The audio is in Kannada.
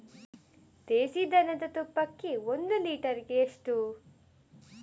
ದೇಸಿ ದನದ ತುಪ್ಪಕ್ಕೆ ಒಂದು ಲೀಟರ್ಗೆ ಎಷ್ಟು?